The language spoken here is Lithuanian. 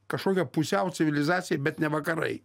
kažkokia pusiau civilizacija bet ne vakarai